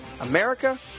America